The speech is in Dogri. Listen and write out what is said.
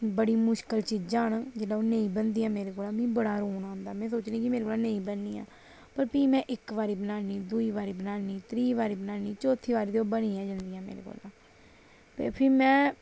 बड़ी मुश्कल चीजां न जेल्लै ओह् नेईं बनदियां मेरे कोला बड़ा रोन औंदा सोचिनयां के मेरे कोला नेईं बननियां फ्ही में इक बारी बनानी दूई बारी बनानी त्रीऽ बारी बनानी ते चौथी बारी ते ओह् बनी गै जंदी ऐ फिह् में